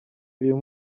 uyu